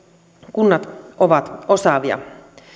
kunnat ovat osaavia